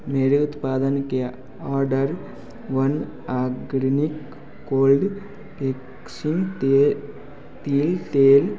मेरे उत्पादन के order one organic cold press तिल तेल